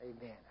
Amen